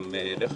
גם אליך,